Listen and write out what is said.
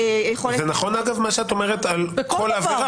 זה נכון אגב, מה שאת אומרת, על כל עבירה.